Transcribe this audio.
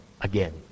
again